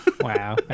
Wow